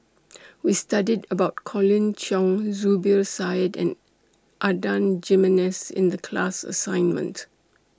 We studied about Colin Cheong Zubir Said and Adan Jimenez in The class assignment